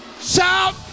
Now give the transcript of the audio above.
Shout